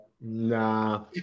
nah